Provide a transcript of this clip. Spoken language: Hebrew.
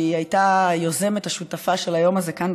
שהיא הייתה היוזמת השותפה של היום הזה כאן,